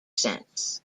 sense